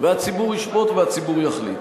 והציבור ישפוט והציבור יחליט.